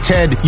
Ted